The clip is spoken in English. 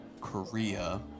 Korea